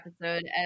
episode